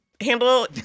handle